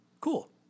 Cool